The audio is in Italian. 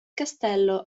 castello